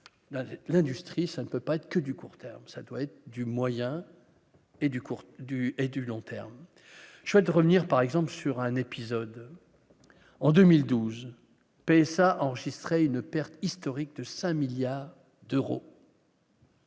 l'industrie ça ne peut pas être que du court terme, ça doit être du Moyen et du cours du et du long terme, je souhaite revenir par exemple sur un épisode en 2012 PSA enregistrer une perte historique de 5 milliards d'euros.